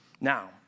Now